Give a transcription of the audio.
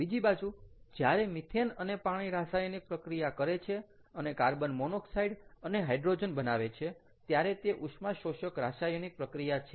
બીજી બાજુ જ્યારે મિથેન અને પાણી રાસાયણિક પ્રક્રિયા કરે છે અને કાર્બન મોનોક્સાઈડ અને હાઇડ્રોજન બનાવે છે ત્યારે તે ઉષ્માશોષક રાસાયણિક પ્રક્રિયા છે